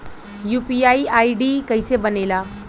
UPI ID कैसे बनेला?